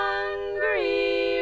Hungry